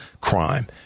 crime